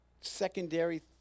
secondary